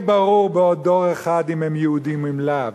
ברור בעוד דור אחד אם הם יהודים אם לאו.